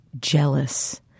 jealous